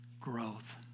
growth